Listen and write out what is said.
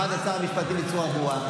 שמעת את שר המשפטים בצורה ברורה.